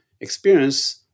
experience